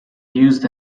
used